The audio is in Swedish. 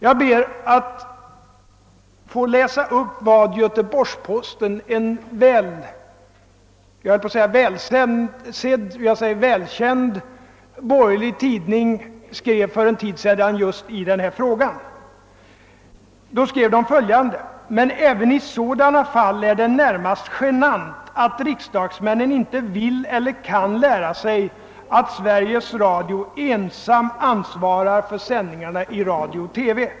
Jag ber att få läsa upp vad Göteborgsposten, en välkänd borgerlig tidning, skrev för en tid sedan just i denna fråga: »Men även i sådana fall är det närmast genant att riksdagsmännen inte vill eller kan lära sig att Sveriges Radio ensam ansvarar för sändningarna i radio och TV.